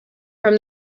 from